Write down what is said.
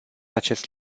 acest